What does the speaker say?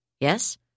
Yes